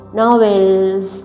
novels